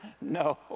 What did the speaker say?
No